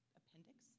appendix